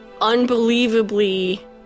unbelievably